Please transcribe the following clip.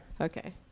okay